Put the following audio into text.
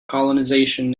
colonization